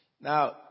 Now